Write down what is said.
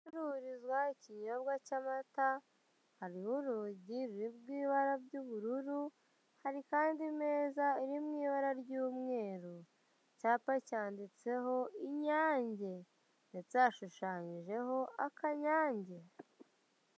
Hacururizwa ikinyobwa cy'amata hariho rw'ibara ry'ubururu, hari kandi imeza iri mu ibara ry'umweru. Icyapa cyanditseho inyange ndetse hashushanyijeho akanyange.